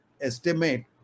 estimate